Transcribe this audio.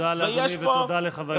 תודה לאדוני ותודה לחבר הכנסת סעדה.